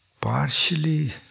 partially